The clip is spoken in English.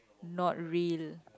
not real